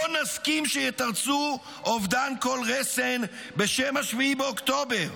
לא נסכים שיתרצו אובדן כל רסן בשם 7 באוקטובר.